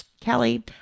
Kelly